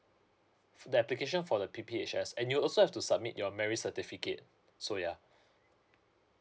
the application for the P_P_H_S and you also have to submit your marriage certificate so yeah